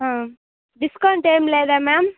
discount ఏం లేదా ma'am